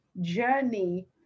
journey